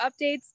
updates